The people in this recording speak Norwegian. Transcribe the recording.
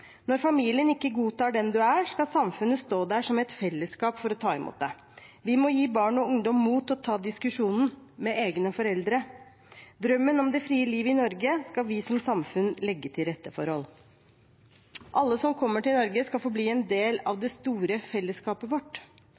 Når familien ikke godtar den man er, skal samfunnet være der som et fellesskap for å ta imot en. Vi må gi barn og ungdom mot til å ta diskusjonen med egne foreldre. Drømmen om det frie liv i Norge skal vi som samfunn legge til rette for. Alle som kommer til Norge, skal få bli en del av det store fellesskapet vårt.